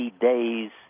days